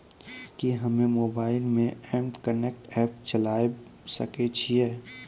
कि हम्मे मोबाइल मे एम कनेक्ट एप्प चलाबय सकै छियै?